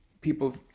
people